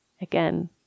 Again